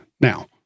Now